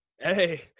Hey